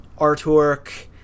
artwork